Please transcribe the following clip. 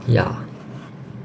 ya